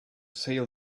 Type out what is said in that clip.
sail